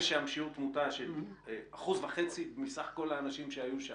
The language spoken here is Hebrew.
יש שם שיעור תמותה של 1.5% מסך הכול האנשים שהיו שם.